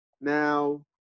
now